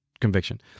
conviction